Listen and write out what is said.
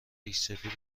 ریشسفید